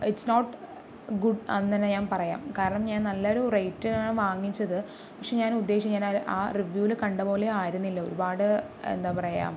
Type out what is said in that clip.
it's not good എന്ന് ഞാൻ പറയാം കാരണം ഞാൻ നല്ലൊരു റേറ്റിനാണ് വാങ്ങിച്ചത് പക്ഷേ ഞാൻ ഉദ്ദേശിച്ച റിവ്യൂല് കണ്ടപോലെ ആയിരുന്നില്ല ഒരുപാട് എന്താ പറയുക